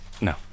no